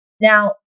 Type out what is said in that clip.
Now